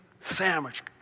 sandwich